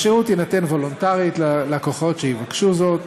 השירות יינתן באופן וולונטרי ללקוחות שיבקשו זאת.